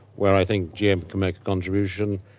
where i think gm can make a contribution,